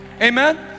Amen